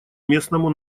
местному